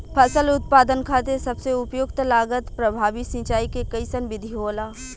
फसल उत्पादन खातिर सबसे उपयुक्त लागत प्रभावी सिंचाई के कइसन विधि होला?